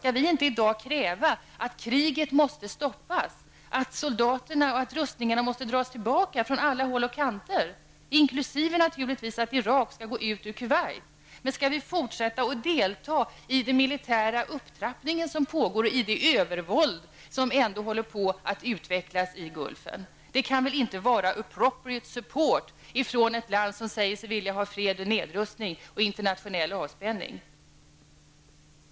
Skall vi inte i dag kräva att kriget måste stoppas, att rustningen upphävs och att soldaterna dras tillbaka från alla håll och kanter, inkl. att Irak naturligtvis skall gå ut ur Kuwait? Skall vi fortsätta att delta i den militära upptrappning som pågår, i det övervåld som håller på att utvecklas vid Gulfen? Det kan väl inte vara ''appropriate support'' från ett land som säger sig vilja ha fred, nedrustning och internationell avspänning.